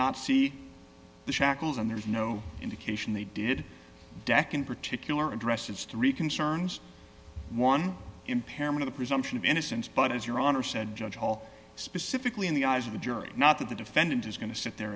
not see the shackles and there's no indication they did dec in particular addresses three concerns one impairment the presumption of innocence but as your honor said judge all specifically in the eyes of the jury not that the defendant is going to sit there